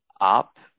up